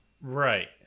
right